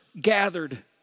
gathered